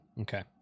Okay